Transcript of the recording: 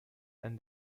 and